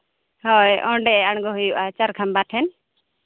ᱦᱳᱭ ᱚᱸᱰᱮ ᱟᱬᱜᱚ ᱦᱩᱭᱩᱜᱼᱟ ᱪᱟᱨ ᱠᱷᱟᱢᱵᱟ ᱴᱷᱮᱱ